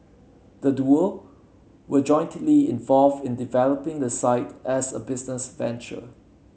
the duo were jointly involved in developing the site as a business venture